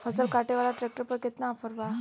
फसल काटे वाला ट्रैक्टर पर केतना ऑफर बा?